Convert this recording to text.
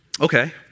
Okay